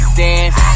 dance